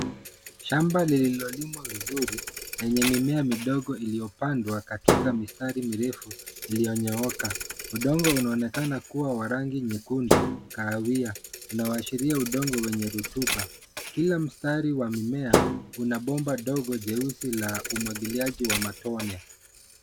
Shamba lililolimWa vizuri lenye mimea midogo iliyopandwa katika mistari, mirefu iliyonyooka. Udongo unaonekana kuwa wa rangi nyekundu kahawia, unaoashiria udongo wenye rutuba. Kila mstari wa mimea unabomba dogo jeusi la umwagiliaji wa matone.